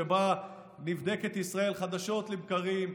שבה נבדקת ישראל חדשות לבקרים,